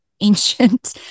ancient